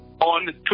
on